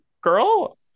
girl